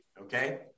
Okay